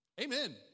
Amen